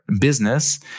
business